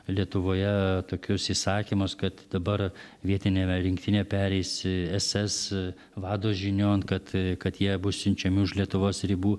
lietuvoje tokius įsakymus kad dabar vietinė rinktinė pereisi ss vado žinion kad kad jie bus siunčiami už lietuvos ribų